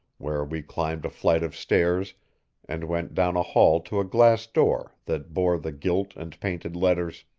where we climbed a flight of stairs and went down a hall to a glass door that bore the gilt and painted letters,